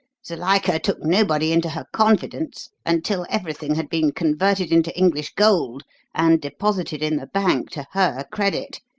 zuilika took nobody into her confidence until everything had been converted into english gold and deposited in the bank to her credit.